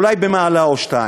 אולי במעלה או שתיים.